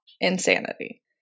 insanity